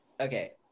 Okay